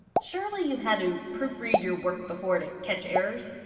surely you have had to proofread your work before to catch errors?